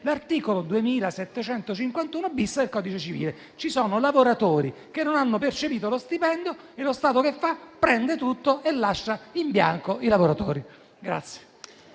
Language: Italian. dall'articolo 2751-*bis* del codice civile. Ci sono lavoratori che non hanno percepito lo stipendio e lo Stato prende tutto e lascia in bianco i lavoratori.